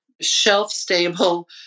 shelf-stable